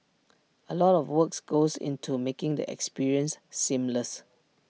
A lot of work goes into making the experience seamless